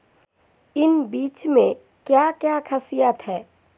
इन बीज में क्या क्या ख़ासियत है?